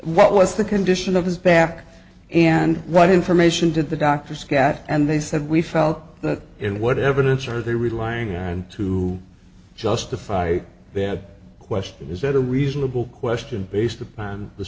what was the condition of his back and what information did the dr scott and they said we felt that in what evidence are they relying on to justify that question is that a reasonable question based upon the